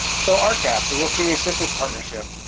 so, um rcap, the rural community assistance partnership,